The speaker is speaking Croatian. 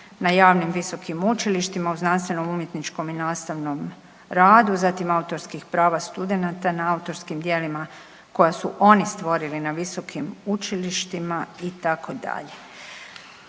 na javnim visokim učilištima u znanstvenom, umjetničkom i nastavnom radu. Zatim autorskih prava studenata na autorskim djelima koja su oni stvorili na visokim učilištima itd.